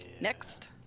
Next